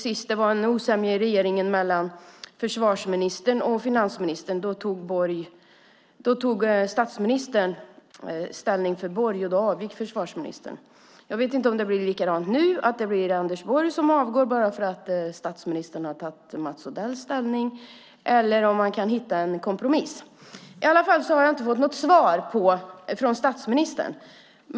Sist det var en osämja i regeringen mellan försvarsministern och finansministern tog statsministern ställning för Borg, och då avgick försvarsministern. Jag vet inte om det blir likadant nu, att det blir Anders Borg som avgår bara för att statsministern har tagit ställning för Mats Odell eller om han kan hitta en kompromiss. Jag har i alla fall inte fått något svar från statsministern.